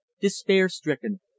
despair-stricken